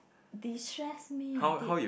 distress me I did